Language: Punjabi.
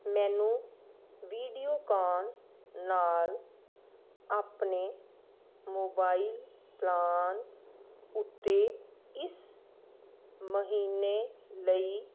ਮੈਨੂੰ ਵੀਡੀਓਕਾਨ ਨਾਲ ਆਪਣੇ ਮੋਬਾਈਲ ਪਲਾਨ ਉੱਤੇ ਇਸ ਮਹੀਨੇ ਲਈ